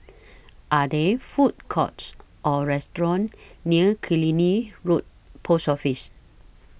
Are There Food Courts Or restaurants near Killiney Road Post Office